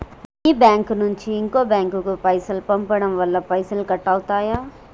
మీ bank నుంచి ఇంకో bank కు పైసలు పంపడం వల్ల పైసలు కట్ అవుతయా?